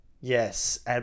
Yes